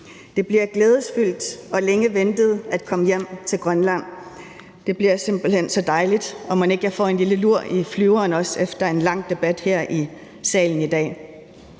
Det bliver fuld af glæde og længe ventet at komme hjem til Grønland. Det bliver simpelt hen så dejligt, og mon ikke jeg også får en lille lur i flyveren efter en lang debat her i salen i dag.